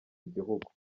igihugu